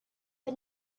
but